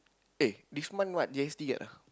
eh this month what G_S_T ah